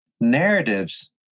Narratives